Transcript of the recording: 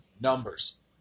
numbers